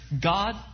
God